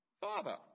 father